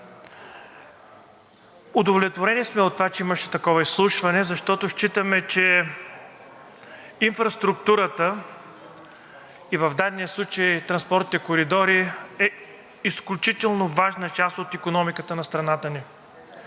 Удовлетворени сме от това, че имаше такова изслушване, защото считаме, че инфраструктурата, и в дадения случай транспортните коридори, е изключително важна част от икономиката на страната ни